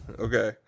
Okay